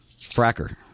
fracker